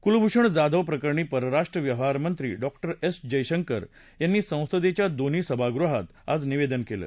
कुलभूषण जाधव प्रकरणी परराष्ट्र व्यवहारमंत्री डॉ एस जयशंकर यांनी ससंदेच्या दोन्ही सभागृहात आज निवेदन केलं